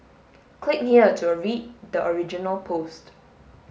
click here to read the original post